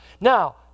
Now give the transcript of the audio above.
Now